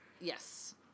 Yes